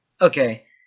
Okay